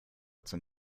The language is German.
zum